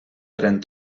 tren